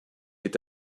est